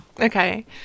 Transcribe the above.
Okay